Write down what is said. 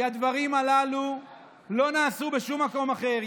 כי הדברים הללו לא נעשו בשום מקום אחר.